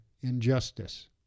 injustice